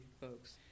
folks